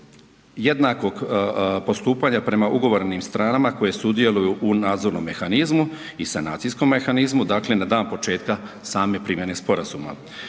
jednakog postupanja prema ugovornim stranama koje sudjeluju u nadzornom mehanizmu i sanacijskom mehanizmu, dakle na dan početka same primjene Sporazuma.